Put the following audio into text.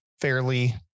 fairly